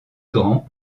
grand